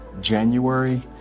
january